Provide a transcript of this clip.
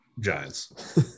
Giants